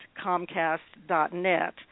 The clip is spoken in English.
comcast.net